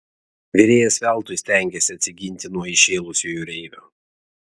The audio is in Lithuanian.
virėjas veltui stengėsi atsiginti nuo įšėlusio jūreivio